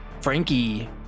Frankie